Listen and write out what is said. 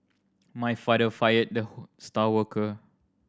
my father fired the star worker